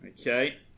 Okay